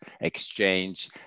exchange